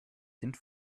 sind